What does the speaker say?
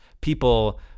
people